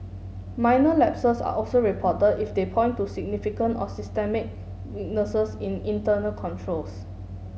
minor lapses are also reported if they point to significant or systemic weaknesses in internal controls